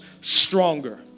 Stronger